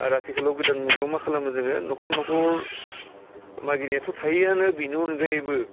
आर आथिखालाव गोदान मुगायाव मा खालामो जोङो न'खर न'खर मागिनायाथ' थायोयानो बिनि अनगायैबो